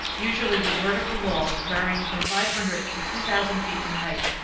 usually with vertical walls varying from five hundred to two thousand feet in height,